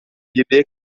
birliğe